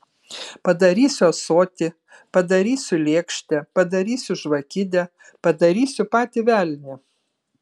padarysiu ąsotį padarysiu lėkštę padarysiu žvakidę padarysiu patį velnią